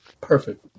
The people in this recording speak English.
Perfect